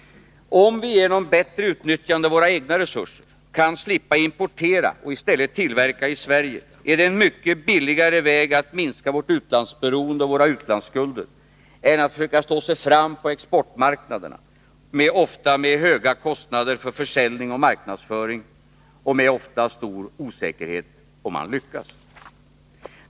Om vi genom bättre utnyttjande av våra egna resurser kan slippa importera och i stället tillverka i Sverige, är det en mycket billigare väg att minska vårt utlandsberoende och våra utlandsskulder än att försöka slå sig fram på exportmarknaderna, ofta med höga kostnader för försäljning och marknadsföring och med ofta stor osäkerhet om hur det lyckas.